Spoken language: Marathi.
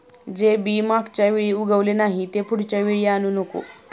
जे बी मागच्या वेळी उगवले नाही, ते पुढच्या वेळी आणू नको